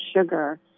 sugar